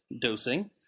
dosing